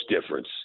difference